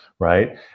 Right